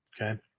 Okay